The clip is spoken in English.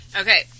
Okay